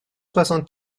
soixante